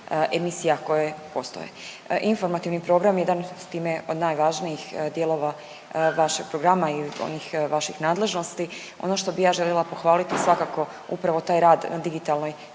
emisija koje postoje. Informativni program je jedan s time od najvažnijih dijelova vašeg programa i onih vaših nadležnosti, ono što bih ja željela pohvaliti svakako upravo taj rad na digitalnoj